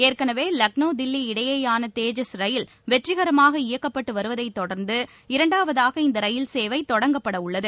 ஏற்கனவே லக்னோ தில்லி இடையேயான தேஜஸ் ரயில் வெற்றிகரமாக இயக்கப்பட்டு வருவதைத் தொடர்ந்து இரண்டாவதாக இந்த ரயில் சேவை தொடங்கப்படவுள்ளது